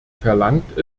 verlangt